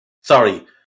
Sorry